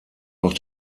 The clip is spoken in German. auch